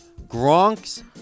Gronk's